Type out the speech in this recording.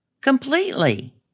completely